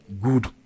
good